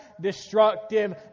destructive